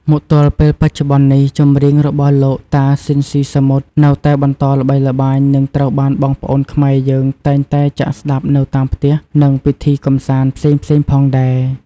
មកទល់ពេលបច្ចុប្បន្ននេះ ចម្រៀងរបស់លោកតាស៊ីនស៊ីសាមុត នៅតែបន្តល្បីល្បាញនិងត្រូវបានបងប្អូនខ្មែរយើងតែងតែចាក់ស្តាប់នៅតាមផ្ទះ និងពិធីកម្សាន្តផ្សេងៗផងដែរ ។